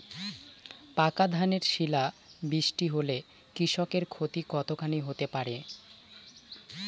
পাকা ধানে শিলা বৃষ্টি হলে কৃষকের ক্ষতি কতখানি হতে পারে?